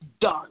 done